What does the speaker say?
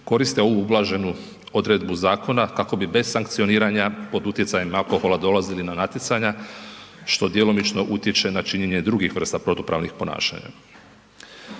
koriste ovu ublaženu odredbu zakona kako bi bez sankcioniranja pod utjecajem alkohola dolazili na natjecanja, što djelomično utječe na činjenje drugih vrsta protupravnih ponašanja.